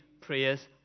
prayers